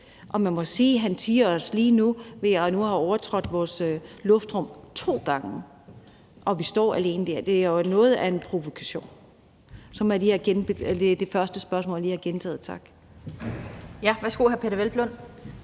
Man må sige, at han tirrer os lige nu ved nu at have overfløjet vores luftrum to gange. Vi står alene. Det er noget af en provokation. Så må jeg lige have gentaget det første spørgsmål,